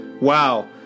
Wow